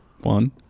One